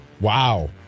Wow